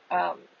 um